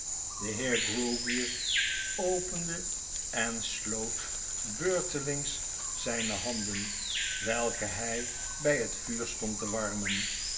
de heer grewgious opende en sloot beurtelings zgne handen welke hy by hetvuurstond te warmen